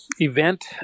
event